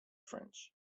french